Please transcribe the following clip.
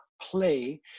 play